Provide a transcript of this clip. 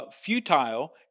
futile